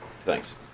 Thanks